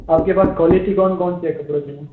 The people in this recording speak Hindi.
आपके पास क्वालिटी कौन कौन सी है कपड़ों की मैम